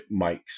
mics